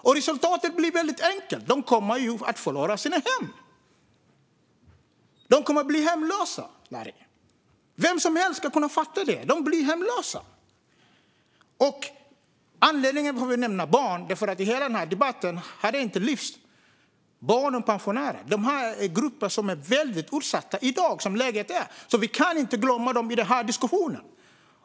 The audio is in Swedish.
Och resultatet blir helt enkelt att de kommer att förlora sina hem. De kommer att bli hemlösa, Larry. Vem som helst ska kunna fatta att de blir hemlösa. I den här debatten har inte barn och pensionärer tagits upp. De är grupper som är väldigt utsatta i dag som läget är, så vi kan inte glömma dem i den här diskussionen.